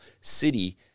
city